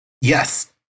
Yes